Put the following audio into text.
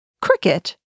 cricket